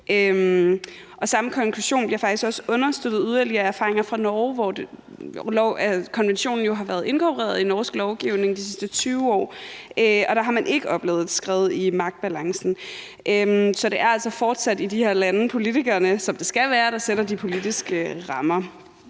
samme konklusion bliver faktisk også understøttet yderligere af erfaringer fra Norge, hvor konventionen jo har været inkorporeret i norsk lovgivning de sidste 20 år, og der har man ikke oplevet et skred i magtbalancen. Så det er altså i de her lande fortsat, som det skal være, politikerne, der sætter de politiske rammer.